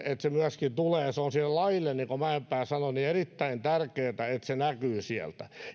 että se myöskin tulee se on sille lajille niin kuin mäenpää sanoi erittäin tärkeätä että se näkyy sieltä